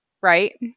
Right